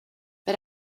but